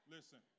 Listen